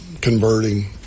converting